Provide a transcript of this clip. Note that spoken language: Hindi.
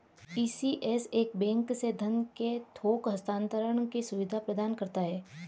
ई.सी.एस एक बैंक से धन के थोक हस्तांतरण की सुविधा प्रदान करता है